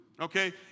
Okay